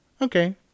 okay